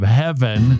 heaven